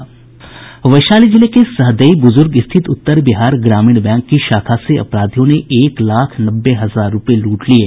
वैशाली जिले के सहदेई बुजुर्ग स्थित उत्तर बिहार ग्रामीण बैंक की शाखा से अपराधियों ने एक लाख नब्बे हजार रूपये लूट लिये